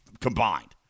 combined